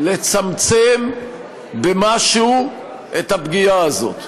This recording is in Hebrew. לצמצם במשהו את הפגיעה הזאת.